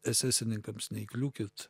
esesininkams neįkliūkit